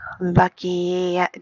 lucky